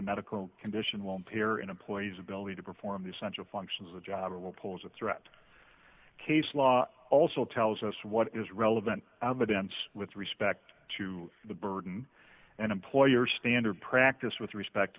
the medical condition won't care in employees ability to perform the essential functions the job will pose a threat case law also tells us what is relevant but dense with respect to the burden and employer standard practice with respect